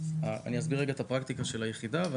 אסביר את הפרקטיקה של היחידה.